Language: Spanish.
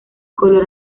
color